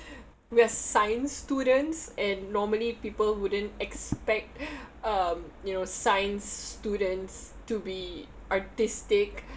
we're science students and normally people wouldn't expect um you know science students to be artistic